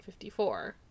1954